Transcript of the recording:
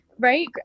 right